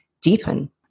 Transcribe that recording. deepen